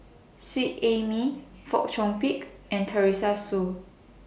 Seet Ai Mee Fong Chong Pik and Teresa Hsu